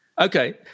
Okay